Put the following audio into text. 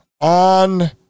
on